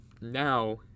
now